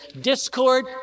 discord